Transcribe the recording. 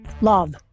Love